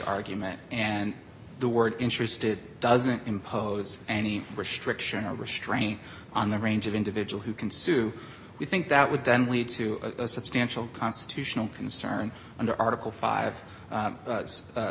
argument and the word interested doesn't impose any restriction or restraint on the range of individual who can sue we think that would then lead to a substantial constitutional concern under article five